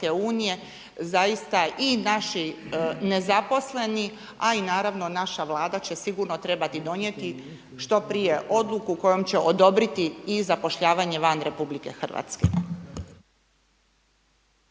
zaista i naši nezaposleni a i naravno naša Vlada će sigurno trebati donijeti odluku kojom će odobriti i zapošljavanje van RH.